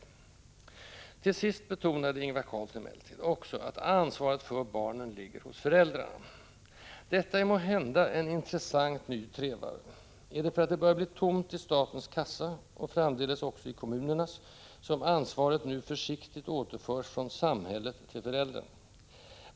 Till sist betonade Ingvar Carlsson emellertid också att ansvaret för barnen ligger hos föräldrarna. Detta är måhända en intressant, ny trevare. Är det därför att det börjar bli tomt i statens kassa — och framdeles också i kommunernas — som ansvaret nu försiktigt återförs från ”samhället” till föräldrarna?